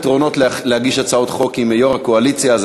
התשע"ד 2014,